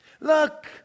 look